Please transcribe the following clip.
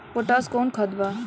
Potash कोउन खाद बा?